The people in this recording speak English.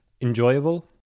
enjoyable